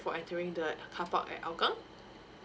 for entering the car park at hougang